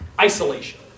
Isolation